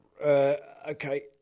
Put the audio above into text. Okay